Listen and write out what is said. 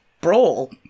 brawl